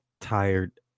tired